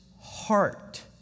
heart